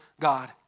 God